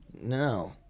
no